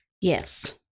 Yes